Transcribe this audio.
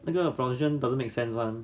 那个 provision doesn't make sense [one]